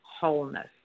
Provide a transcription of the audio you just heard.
wholeness